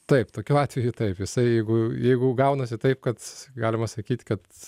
taip tokiu atveju jisai jeigu jeigu gaunasi taip kad galima sakyt kad